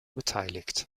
beteiligt